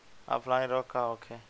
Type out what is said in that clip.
Offline रोग का होखे?